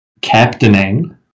captaining